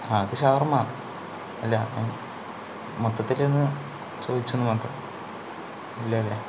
അത് ഷവർമ്മ അല്ല മൊത്തത്തിലൊന്ന് ചോദിച്ചുവെന്നു മാത്രം ഇല്ല അല്ലേ